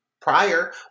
prior